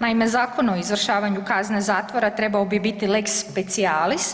Naime, Zakon o izvršavanju kazne zatvora trebao bi biti lex specialis,